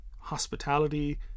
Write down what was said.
hospitality